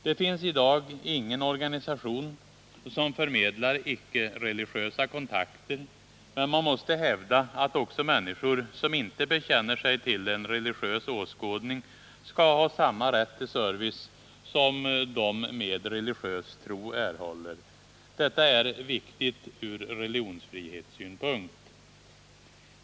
Det finns i dag ingen organisation som förmedlar icke-religiösa kontakter, men man måste hävda att människor som inte bekänner sig till en religiös åskådning skall ha samma rätt till service som de med religiös tro erhåller. Detta är viktigt från religionsfrihetssynpunkt.